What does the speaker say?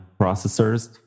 processors